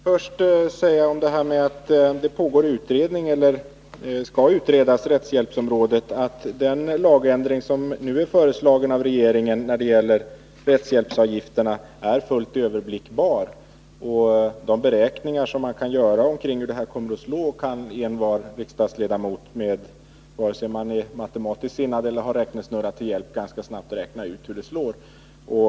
Herr talman! Jag vill först med anledning av talet om den utredning som skall göras på rättshjälpsområdet säga att den lagändring beträffande rättshjälpsavgifterna som regeringen nu föreslår är fullt överblickbar. Beräkningar av hur detta kan slå kan göras av envar riksdagsledamot med hjälp av räknemaskin eller, om man är duktig på huvudräkning, t.o.m. utan någon sådan.